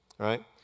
right